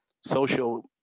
social